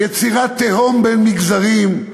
יצירת תהום בין מגזרים,